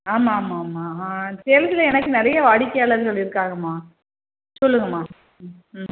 ஆமாம் ஆமாம் ஆமாம் சேலத்தில் எனக்கு நிறைய வாடிக்கையாளர்கள் இருக்காங்கம்மா சொல்லுங்கம்மா ம்